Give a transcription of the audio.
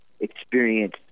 experience